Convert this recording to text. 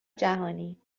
جهانی